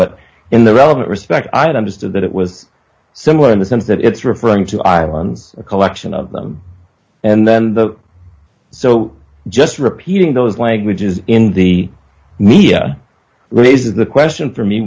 but in the relevant respect i did understood that it was similar in the sense that it's referring to ireland's a collection of them and then the so just repeating those languages in the media raises the question for me